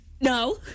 No